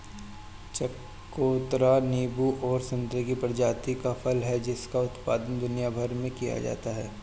चकोतरा नींबू और संतरे की प्रजाति का फल है जिसका उत्पादन दुनिया भर में किया जाता है